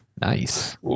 Nice